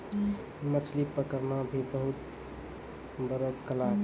मछली पकड़ना भी बहुत बड़ो कला छै